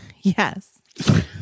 Yes